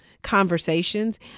Conversations